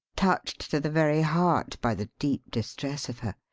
touched to the very heart by the deep distress of her.